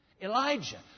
Elijah